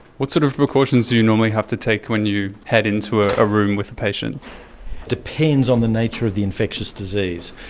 what sort of precautions do you normally have to take when you head into a room with a patient? it depends on the nature of the infectious disease.